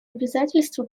обязательства